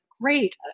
Great